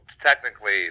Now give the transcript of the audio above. technically